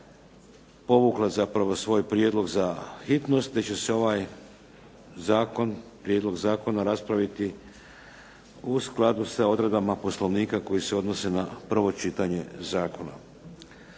povukla zapravo svoj prijedlog za hitnost, te će se ovaj zakon, prijedlog zakona raspraviti u skladu sa odredbama Poslovnika koji se odnose na prvo čitanje zakona.